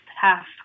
half